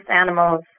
animals